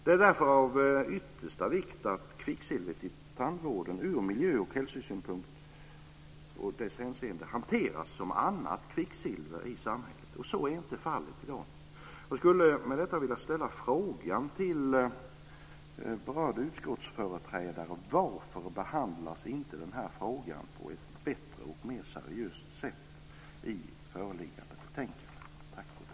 Det är därför av yttersta vikt att kvicksilvret i tandvården ur miljö och hälsosynpunkt hanteras som annat kvicksilver i samhället. Så är inte fallet i dag. Jag skulle med detta vilja ställa frågan till berörd utskottsföreträdare: Varför behandlas inte den frågan på ett bättre och mer seriöst sätt i föreliggande betänkande?